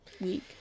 week